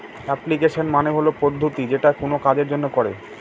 application মানে হল পদ্ধতি যেটা কোনো কাজের জন্য করে